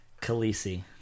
Khaleesi